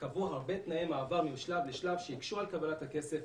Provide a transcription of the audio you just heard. בהחלטה הקודמת קבעו הרבה תנאי מעבר משלב לשלב שהקשו על קבלת הכסף,